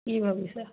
কি ভাবিছা